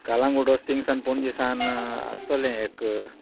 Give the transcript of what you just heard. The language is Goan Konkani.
कालांगूट वोस तिंगा सान पणजेसान आसतोलें एक